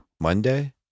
monday